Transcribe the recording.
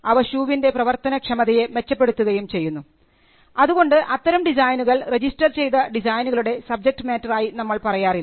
അവ ഷൂവിൻറെ പ്രവർത്തനക്ഷമതയെ മെച്ചപ്പെടുത്തുകയും ചെയ്യുന്നു അതുകൊണ്ട് അത്തരം ഡിസൈനുകൾ രജിസ്റ്റർ ചെയ്ത ഡിസൈനുകളുടെ സബ്ജക്ട് മാറ്റർ ആയി നമ്മൾ പറയാറില്ല